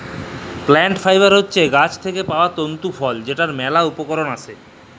plant fibre হছে গাহাচ থ্যাইকে পাউয়া তল্তু ফল যেটর ম্যালা উপকরল আসে